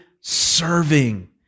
serving